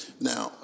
Now